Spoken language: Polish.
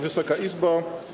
Wysoka Izbo!